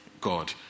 God